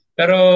pero